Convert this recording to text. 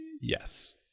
Yes